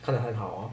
看了很好哦